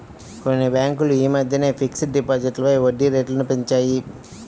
కొన్ని బ్యేంకులు యీ మద్దెనే ఫిక్స్డ్ డిపాజిట్లపై వడ్డీరేట్లను పెంచాయి